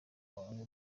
guhanga